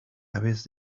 aves